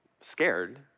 scared